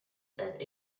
that